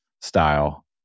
style